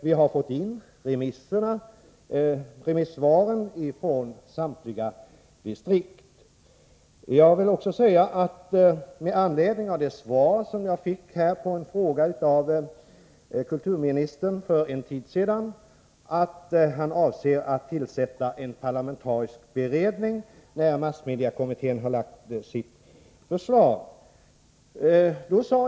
Vi har fått in remissvaren från samtliga distrikt. Jag fick för en tid sedan av kulturministern ett frågesvar, där han sade att han avsåg att tillsätta en parlamentarisk beredning när massmediekommittén hade lagt fram sitt förslag.